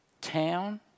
Town